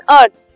earth